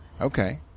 Okay